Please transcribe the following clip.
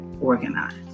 organized